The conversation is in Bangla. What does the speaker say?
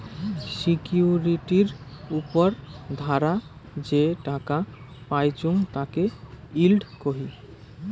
সিকিউরিটির উপর ধারা যে টাকা পাইচুঙ তাকে ইল্ড কহি